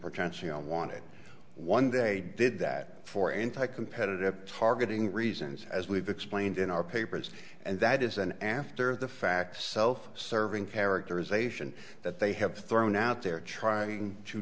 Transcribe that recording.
potential wanted one they did that for anti competitive targeting reasons as we've explained in our papers and that is an after the fact self serving characterization that they have thrown out there trying to